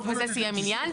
ובזה סיים עניין.